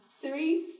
Three